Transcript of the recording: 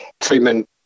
treatment